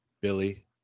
Billy